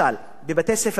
בבתי-ספר תיכון,